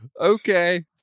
okay